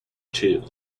too